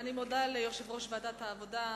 אני מודה ליושב-ראש ועדת העבודה,